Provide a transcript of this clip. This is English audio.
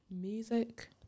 music